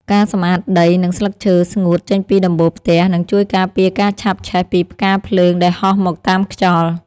ការសម្អាតដី និងស្លឹកឈើស្ងួតចេញពីដំបូលផ្ទះនឹងជួយការពារការឆាបឆេះពីផ្កាភ្លើងដែលហោះមកតាមខ្យល់។